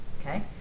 okay